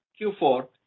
Q4